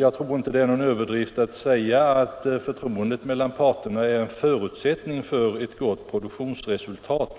Jag tror inte att det är någon överdrift att säga att förtroendet mellan parterna är en förutsättning för ett gott produktionsresultat.